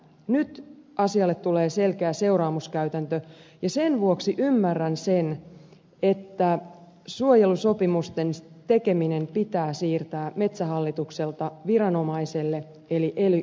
nyt asialle tulee selkeä seuraamuskäytäntö ja sen vuoksi ymmärrän sen että suojelusopimusten tekeminen pitää siirtää metsähallitukselta viranomaiselle eli ely keskukselle